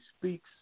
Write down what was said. speaks